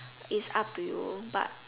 is up to you but